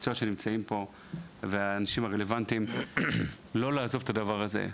המקצוע שנמצאים פה והאנשים הרלוונטיים לא לעזוב את הנושא הזה.